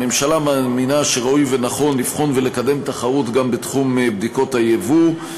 הממשלה מאמינה שראוי ונכון לבחון ולקדם תחרות גם בתחום בדיקות היבוא.